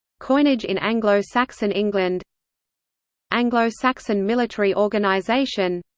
coinage in anglo-saxon england anglo-saxon military organization